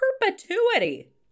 perpetuity